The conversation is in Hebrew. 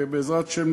בעזרת השם,